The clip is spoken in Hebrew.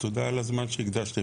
תודה על הזמן שהקדשתם.